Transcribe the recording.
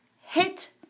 Hit